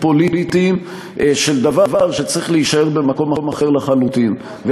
פוליטיים של דבר שצריך להישאר במקום אחר לחלוטין.